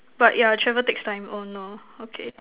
but yeah travel takes time oh no okay